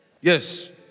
Yes